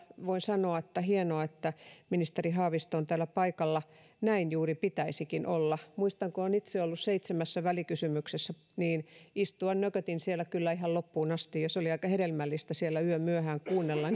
voin sanoa että on hienoa että ministeri haavisto on täällä paikalla näin juuri pitäisikin olla muistan kun olen itse ollut seitsemässä välikysymyksessä että istua nökötin siellä kyllä ihan loppuun asti ja se oli aika hedelmällistä siellä yömyöhään kuunnella